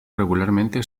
regularmente